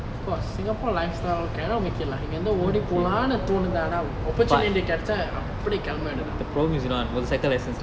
of course singapore lifestyle cannot make it lah இங்கருந்து ஓடி போலாம்னு தோணுது ஆனா:inggerunthu odi polamnu thonuthu aana opportunity கெடச்சா அப்டெ கெலம்ப வேன்டிதான்:kedacha apde oda vendithan